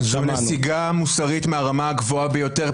זו נסיגה מוסרית מהרמה הגבוהה ביותר,